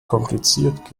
kompliziert